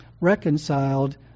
reconciled